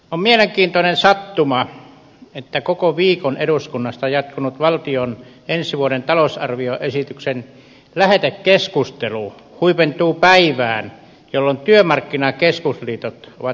on mielenkiintoinen sattuma että koko viikon eduskunnassa jatkunut valtion ensi vuoden talousarvioesityksen lähetekeskustelu huipentuu päivään jolloin työmarkkinakeskusliitot ovat päässeet kattavaan työmarkkinasopimukseen